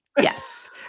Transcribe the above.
Yes